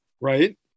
Right